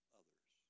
others